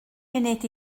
munud